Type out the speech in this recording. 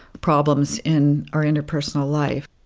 problems in our interpersonal life